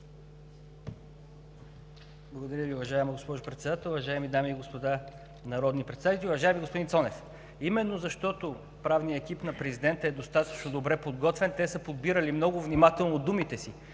Благодаря Ви, уважаема госпожо Председател. Уважаеми дами и господа народни представители! Уважаеми господин Цонев, именно защото правният екип на президента е достатъчно добре подготвен, те са подбирали много внимателно думите си.